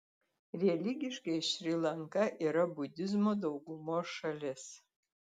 religiškai šri lanka yra budizmo daugumos šalis